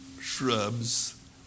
shrubs